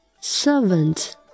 servant